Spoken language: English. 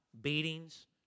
beatings